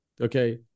Okay